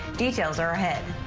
details are ahead.